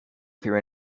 through